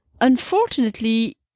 unfortunately